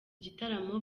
gitaramo